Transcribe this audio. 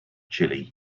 chile